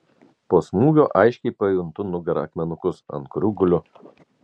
po smūgio aiškiai pajuntu nugara akmenukus ant kurių guliu